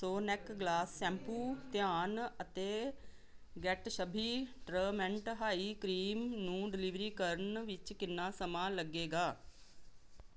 Sonax gloss shampoo ਧਿਆਨ ਅਤੇ Gatsby treatment hair cream ਨੂੰ ਡਿਲੀਵਰ ਕਰਨ ਵਿੱਚ ਕਿੰਨਾ ਸਮਾਂ ਲੱਗੇਗਾ